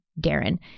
Darren